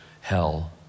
hell